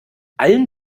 allen